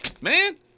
man